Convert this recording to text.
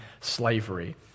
slavery